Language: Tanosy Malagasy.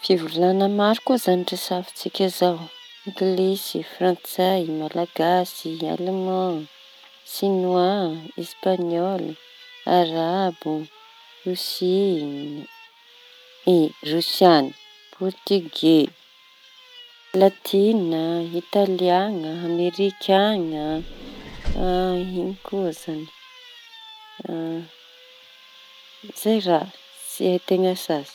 Fivolaña maro koa izañy no resafintsika zao angilisy, frantsay, malagasy, aleman, sinoa, españoly, arabo, rosy- rosiany, portigey, latina, italiana, amerikanina,… ino koa izañy? Izay raha tsy hay teña sasy.